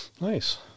Nice